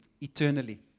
eternally